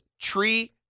tree